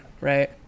right